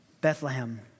Bethlehem